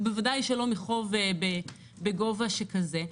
ובוודאי שלא מחוב בגובה כזה.